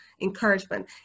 encouragement